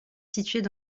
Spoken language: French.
situées